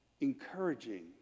encouraging